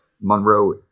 monroe